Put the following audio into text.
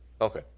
Okay